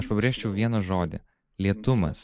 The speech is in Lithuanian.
aš pabrėžčiau vieną žodį lėtumas